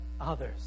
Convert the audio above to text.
others